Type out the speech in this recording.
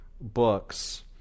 books